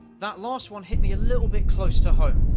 that last one hit me a little bit close to home.